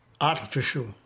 artificial